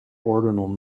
ordinal